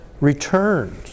returned